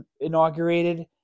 inaugurated